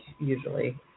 usually